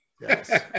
Yes